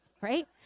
right